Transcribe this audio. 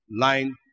line